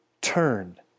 turn